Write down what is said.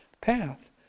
path